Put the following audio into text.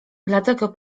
dlatego